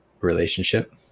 relationship